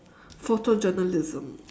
photo journalism